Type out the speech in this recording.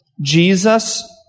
Jesus